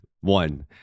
one